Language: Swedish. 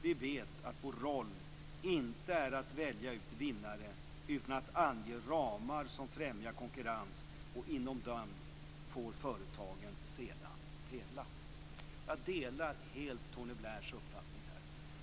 Vi vet att vår roll inte är att välja ut vinnare utan att ange ramar som främjar konkurrens, och inom dem får företagen sedan tävla. Jag delar helt Tony Blairs uppfattning.